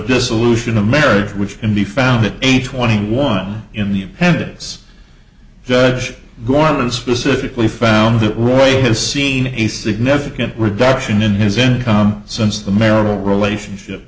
dissolution of marriage which can be found that age twenty one in the heads judge going to specifically found that right has seen a significant reduction in his income since the marital relationship